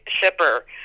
shipper